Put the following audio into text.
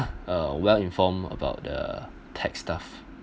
uh well informed about the tax stuff